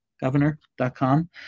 governor.com